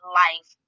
life